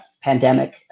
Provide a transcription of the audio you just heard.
pandemic